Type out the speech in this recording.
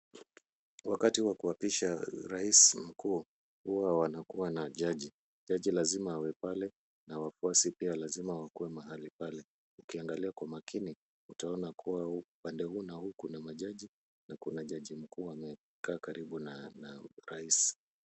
Wakati wa kuapisha rais mkuu huwa wanakua na jaji. Jaji lazima awe pale na wafuasi pia lazima wakue mahali pale. Ukiangalia kwa makini utaona kua upande huu na huko ni majaji na huku kuna jaji mkuu amekaa karibu na rais.